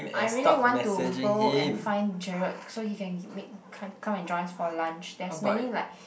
I really want to go and find Gerard so he can make come come and join us for lunch there's many like